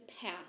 path